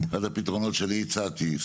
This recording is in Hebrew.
אחד הפתרונות שאני הצעתי,